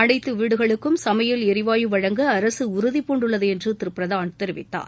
அனைத்து வீடுகளுக்கும் சமையல் எரிவாயு வழங்க அரசு உறுதி பூண்டுள்ளது என்று திரு பிரதான் தெரிவித்தார்